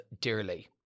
dearly